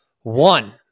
One